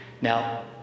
Now